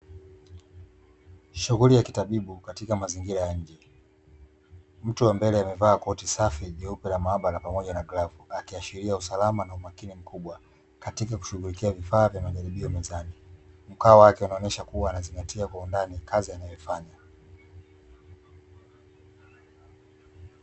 Shughuli ya kitabibu katika eneo la nje mtu wambeke amevaa koti jeupe pamoja na maabara, akiashiria katika kushughulikia vifaa vya majaribio mezani mkao wake unaonesha anazingatia kazi anayofanya.